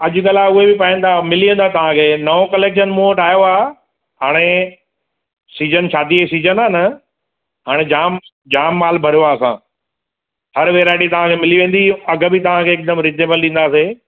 अॼुकल्ह उहे ई पाइनि था मिली वेंदा तव्हां खे नओं कलेक्शन मूं वटि आयो आहे हाणे सिज़न शादीअ जी सिजन आहे न हाणे जाम जाम माल भरियो आहे असां हर वेरायटी तव्हां खे मिली वेंदी अघु बि तव्हां खे हिकदमि रिजनेबल डींदासीं